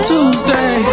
Tuesday